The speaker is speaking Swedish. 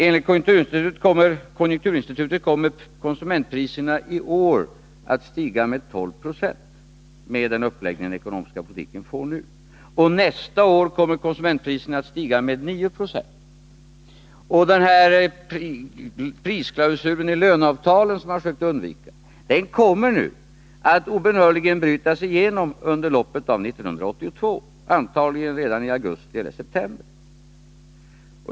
Enligt konjunkturinstitutet kommer konsumentpriserna i år att stiga med 12 26, med den uppläggning den ekonomiska politiken nu får, och nästa år kommer konsumentpriserna att stiga med 9 26. Och den här prisklausulen i löneavtalen, som man sökt undvika att tillämpa, kommer obönhörligen att brytas igenom under loppet av 1982, antagligen redan i augusti eller september.